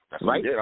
Right